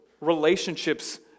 relationships